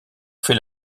fait